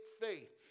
faith